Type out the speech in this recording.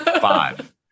five